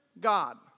God